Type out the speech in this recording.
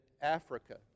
Africa